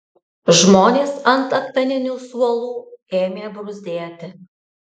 žmonės ant akmeninių suolų ėmė bruzdėti